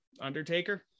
Undertaker